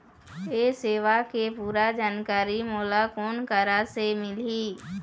ये सेवा के पूरा जानकारी मोला कोन करा से मिलही?